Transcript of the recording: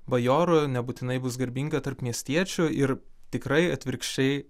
bajorų nebūtinai bus garbinga tarp miestiečių ir tikrai atvirkščiai